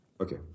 Okay